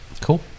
cool